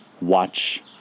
watch